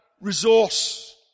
resource